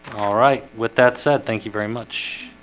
all right with that said, thank you very much